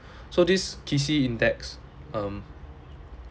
so this Kisi index um